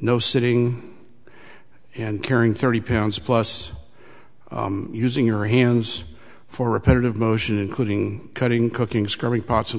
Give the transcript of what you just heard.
no sitting and carrying thirty pounds plus using her hands for repetitive motion including cutting cooking scrubbing pots and